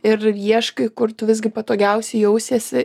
ir ieškai kur tu visgi patogiausiai jausiesi